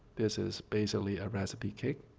this is basically a recipe cake.